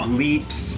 leaps